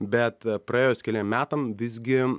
bet praėjus keliem metam visgi